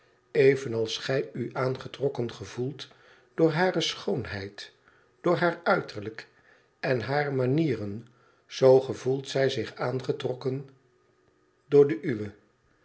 evenals gij u aangetrokken gevoelt door hare schoonh door haar uiterlijk en hare manieren zoo gevoelt zij zich aangetrokken door de uwe